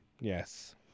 Yes